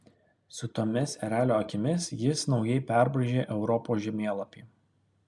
su tomis erelio akimis jis naujai perbraižė europos žemėlapį